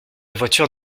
voiture